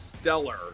stellar